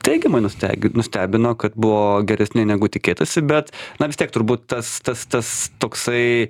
teigiamai nustegi nustebino kad buvo geresni negu tikėtasi bet na vis tiek turbūt tas tas tas toksai